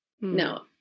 no